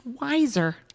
wiser